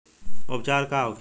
उपचार का होखे?